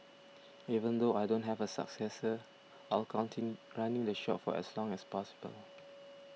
even though I don't have a successor I'll continue running the shop for as long as possible